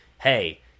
hey